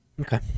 Okay